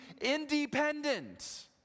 independent